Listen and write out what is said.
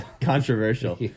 controversial